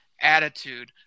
attitude